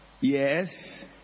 Yes